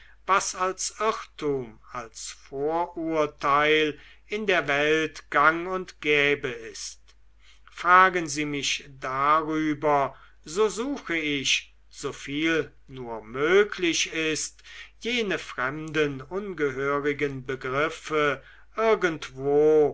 was als irrtum als vorurteil in der welt gäng und gäbe ist fragen sie mich darüber so suche ich soviel nur möglich ist jene fremden ungehörigen begriffe irgendwo